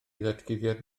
ddatguddiad